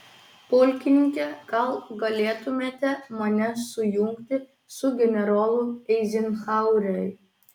pulkininke gal galėtumėte mane sujungti su generolu eizenhaueriu